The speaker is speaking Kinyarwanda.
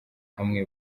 hamwe